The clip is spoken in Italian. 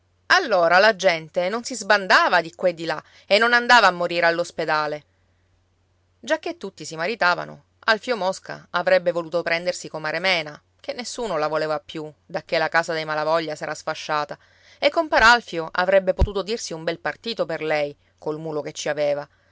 allora la gente non si sbandava di qua e di là e non andava a morire all'ospedale giacché tutti si maritavano alfio mosca avrebbe voluto prendersi comare mena che nessuno la voleva più dacché la casa dei malavoglia s'era sfasciata e compar alfio avrebbe potuto dirsi un bel partito per lei col mulo che ci aveva